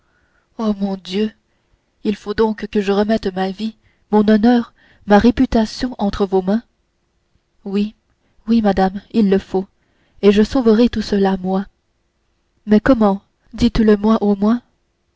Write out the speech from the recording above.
oh mon dieu il faut donc que je remette ma vie mon honneur ma réputation entre vos mains oui oui madame il le faut et je sauverai tout cela moi mais comment dites-le-moi au moins